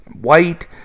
White